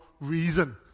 reason